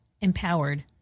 empowered